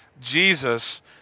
Jesus